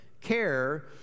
care